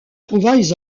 trouvailles